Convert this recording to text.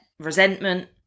resentment